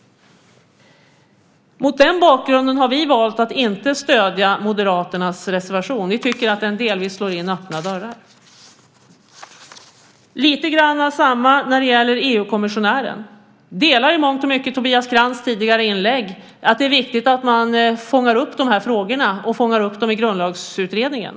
Mot den bakgrunden har vi valt att inte stödja Moderaternas reservation. Vi tycker att den delvis slår in öppna dörrar. Något liknande gäller beträffande EU-kommissionären. Jag delar i mångt och mycket åsikterna i Tobias Krantz tidigare inlägg om att det är viktigt att man fångar upp de här frågorna och gör det i Grundlagsutredningen.